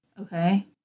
Okay